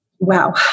Wow